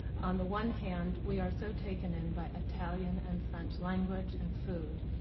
on the one hand, we are so taken in by italian and french language and food.